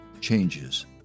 changes